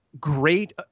great